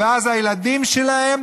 ואז הילדים שלהם